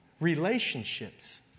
Relationships